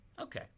Okay